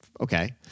okay